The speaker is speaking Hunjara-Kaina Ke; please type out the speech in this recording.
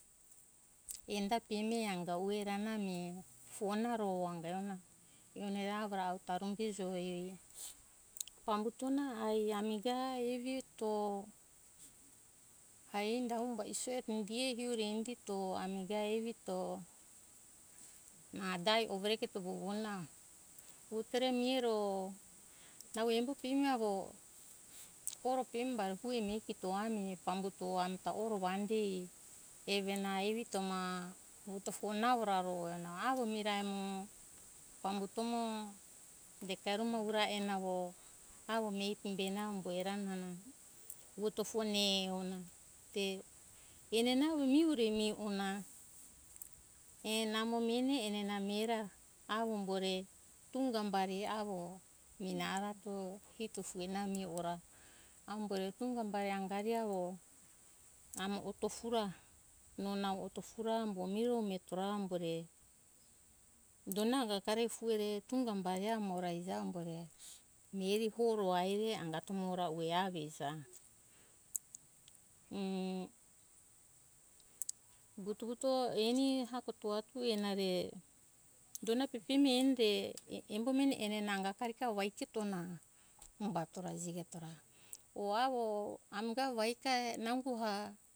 Enda pemi anga ue ra na ami fue onaro anga e ona mune re avo auto arumbejo hio pambuto na ai ami ga evi eto ai enda humbae iso eto indio hiore ingito ami ga evito ma dai overe keto vovona puvutore mihoro nau embo pepemi avo koro pemi ue mihe kito ami pambuto ami ta oro vandei eve na evito ma vuto fuo na ra ro avo mirae amo pambuto mo dega vura ehe na avo avo mihena umbuhera na vuto fuone ona te enana ue mihore mihe ona e namo mihene namo mihe ra avo umbore tunga bari e avo mina ara to hito fue ona ami ora amo ue tunga bari angari avo amo otofu ra no nau otofu ra ambo miro mo mireto ra ambo re donda kakara ei fue re tumbari amo ora amo iji e mireri horo aire angato ra ue avo ehija ue vuto vuto eni ehako to ati ue na re donda pepemi eni be embo meni ena na anga karika ikitona umbatora jigetora o avo ami ga vahika nango ha